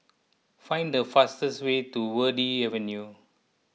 find the fastest way to Verde Avenue